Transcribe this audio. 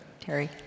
Terry